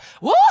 woo